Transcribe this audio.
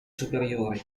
superiori